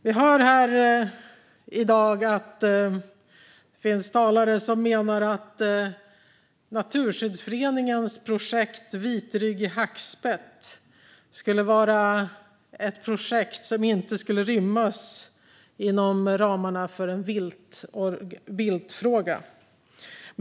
Vi hör här i dag att det finns talare som menar att Naturskyddsföreningens Projekt vitryggig hackspett inte skulle rymmas inom ramarna för en viltfråga.